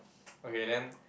okay then